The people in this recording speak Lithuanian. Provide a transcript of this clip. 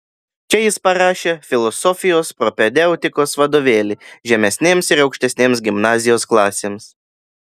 čia jis parašė filosofijos propedeutikos vadovėlį žemesnėms ir aukštesnėms gimnazijos klasėms